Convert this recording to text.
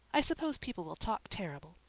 i suppose people will talk terrible.